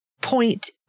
point